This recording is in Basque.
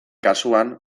kasuan